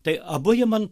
tai abu jie man